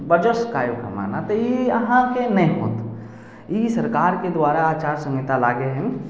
बदस काइम होना ई अहाँके नहि होयत ई सरकारके द्वारा अचारसंहिता लागै हइ